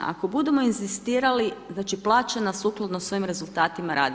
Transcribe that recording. Ako budemo inzistirali, znači plaćena sukladno svojim rezultatima rada.